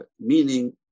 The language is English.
meaning